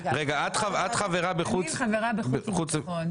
רגע, את חברה -- אני חברה בחוץ וביטחון.